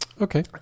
Okay